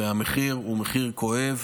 והמחיר הוא מחיר כואב.